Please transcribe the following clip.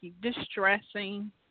distressing